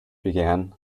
began